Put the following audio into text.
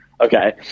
Okay